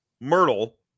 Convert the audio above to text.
myrtle